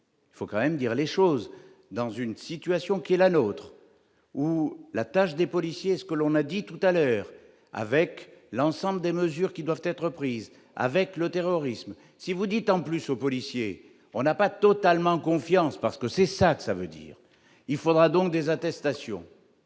il faut quand même dire les choses dans une situation qui est la nôtre, où la tâche des policiers, ce que l'on a dit tout à l'air avec l'ensemble des mesures qui doivent être prises avec le terrorisme, si vous dites en plus aux policiers, on n'a pas totalement confiance parce que c'est ça que ça veut dire, il faudra donc des attestations.